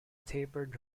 tapered